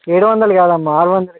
ఏడు వందలు కాదమ్మ ఆరు వందలు